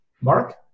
Mark